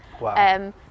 Wow